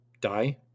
die